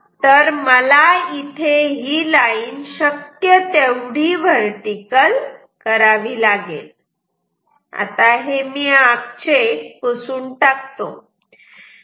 तर मला इथे ही लाईन शक्य तेवढी व्हर्टिकल करावी लागेल आणि हे मागचे मी पुसून टाकतो